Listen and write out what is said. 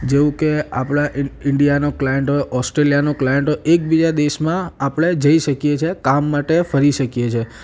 જેવું કે આપણાં ઇન્ડિયાનો ક્લાયન્ટ હોય ઓસ્ટ્રેલિયાનો ક્લાયન્ટ હોય એકબીજા દેશમાં આપણે જઈ શકીએ છીએ કામ માટે ફરી શકીએ છીએ